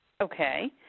Okay